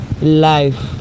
life